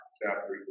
chapter